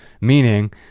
meaning